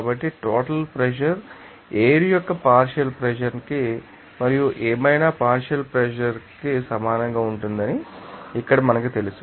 కాబట్టి total pressure air యొక్క partial pressure ానికి మరియు ఏమైనా పార్షియల్ ప్రెషర్ ానికి సమానంగా ఉంటుందని ఇక్కడ మనకు తెలుసు